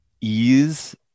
ease